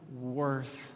worth